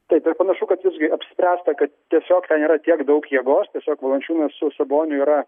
taip ir panašu kad visgi apsispręsta kad tiesiog ten yra tiek daug jėgos tiesiog valančiūnas su saboniu yra